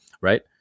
right